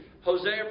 Hosea